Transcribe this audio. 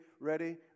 Ready